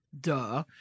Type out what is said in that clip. Duh